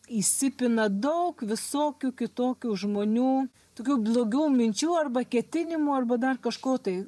įsipina daug visokių kitokių žmonių tokių blogų minčių arba ketinimų arba dar kažko tai